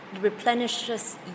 replenishes